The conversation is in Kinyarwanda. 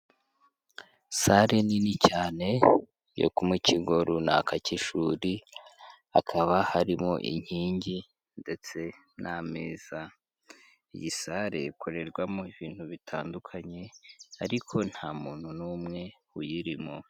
Sare nini cyane, yo ku mu kigo runaka cy'ishuri, hakaba harimo inkingi, ndetse n'ameza, iyi sare ikorerwamo ibintu bitandukanye, ariko nta muntu n'umwe uyirimo.